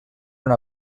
una